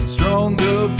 Stronger